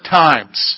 times